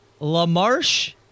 LaMarche